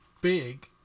big